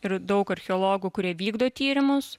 ir daug archeologų kurie vykdo tyrimus